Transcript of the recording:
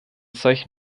solchen